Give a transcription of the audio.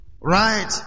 right